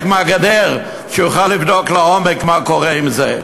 מהגדר כדי שהוא יוכל לבדוק לעומק מה קורה עם זה.